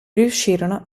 riuscirono